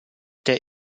der